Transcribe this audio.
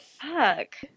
Fuck